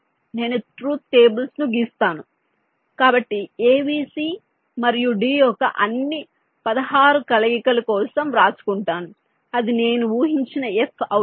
కాబట్టి నేను truth tables ను గీస్తాను కాబట్టి ABC మరియు D యొక్క అన్ని 16 కలయికల కోసం వ్రాసుకుంటాను అది నేను ఊహించిన F అవుతుంది